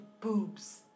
boobs